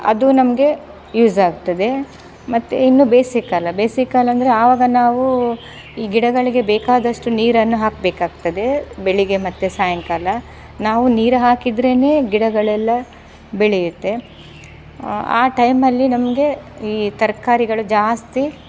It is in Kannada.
ಅದು ನಮಗೆ ಯೂಸಾಗ್ತದೆ ಮತ್ತು ಇನ್ನು ಬೇಸಿಗ್ಕಾಲ ಬೇಸಿಗ್ಕಾಲ ಅಂದರೆ ಆವಾಗ ನಾವು ಈ ಗಿಡಗಳಿಗೆ ಬೇಕಾದಷ್ಟು ನೀರನ್ನು ಹಾಕಬೇಕಾಗ್ತದೆ ಬೆಳಿಗ್ಗೆ ಮತ್ತು ಸಾಯಂಕಾಲ ನಾವು ನೀರು ಹಾಕಿದರೇನೇ ಗಿಡಗಳೆಲ್ಲ ಬೆಳೆಯುತ್ತೆ ಆ ಟೈಮಲ್ಲಿ ನಮಗೆ ಈ ತರ್ಕಾರಿಗಳು ಜಾಸ್ತಿ